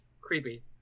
creepy